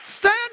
Stand